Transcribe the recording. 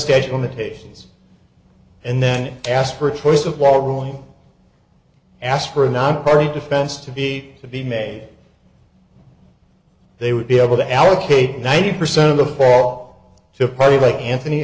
station limitations and then ask for a choice of war or one ask for a not very defense to be to be made they would be able to allocate ninety percent of the fall to party like anthony